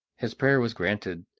his prayer was granted,